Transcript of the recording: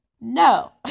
no